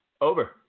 Over